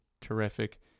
Terrific